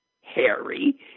Harry